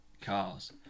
Cars